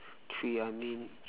tree I mean